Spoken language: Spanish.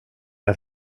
del